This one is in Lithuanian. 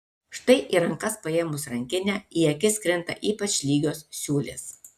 štai į rankas paėmus rankinę į akis krinta ypač lygios siūlės